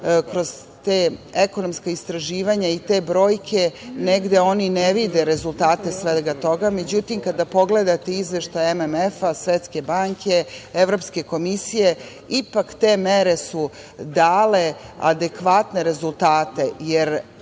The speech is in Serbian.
kroz ta ekonomska istraživanja i te brojke, negde oni ne vide rezultate svega toga. Međutim, kada pogledate izveštaje MMF-a, Svetske banke, Evropske komisije, ipak te mere su dale adekvatne rezultate. Kada